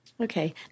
Okay